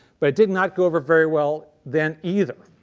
but it did not go over very well then either.